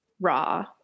raw